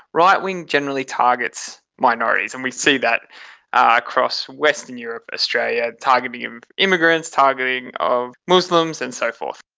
right-wing generally targets minorities, and we see that across western europe, australia, targeting immigrants, targeting of muslims and so forth.